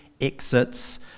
exits